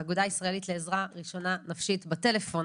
האגודה הישראלית לעזרה ראשונה נפשית בטלפון.